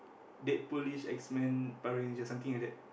Deadpool-ish X-Men Power-Ranger something like that